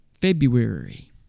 February